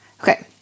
okay